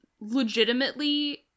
legitimately